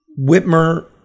Whitmer